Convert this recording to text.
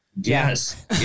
Yes